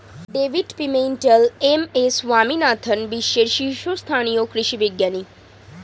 David Pimentel, M S Swaminathan বিশ্বের শীর্ষস্থানীয় কৃষি বিজ্ঞানী